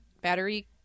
battery